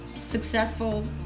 successful